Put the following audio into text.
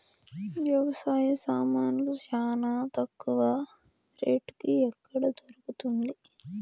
వ్యవసాయ సామాన్లు చానా తక్కువ రేటుకి ఎక్కడ దొరుకుతుంది?